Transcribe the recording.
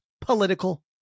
political